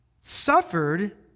suffered